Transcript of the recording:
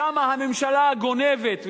שם הממשלה גונבת,